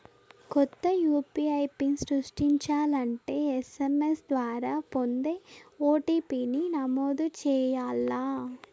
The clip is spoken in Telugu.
కొత్త యూ.పీ.ఐ పిన్ సృష్టించాలంటే ఎస్.ఎం.ఎస్ ద్వారా పొందే ఓ.టి.పి.ని నమోదు చేయాల్ల